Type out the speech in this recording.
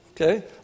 Okay